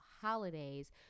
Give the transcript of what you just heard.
holidays